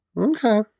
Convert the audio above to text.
okay